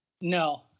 No